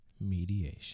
mediation